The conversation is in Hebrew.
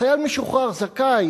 חייל משוחרר זכאי,